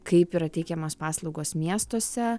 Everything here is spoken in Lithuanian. kaip yra teikiamos paslaugos miestuose